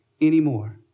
anymore